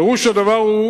פירוש הדבר הוא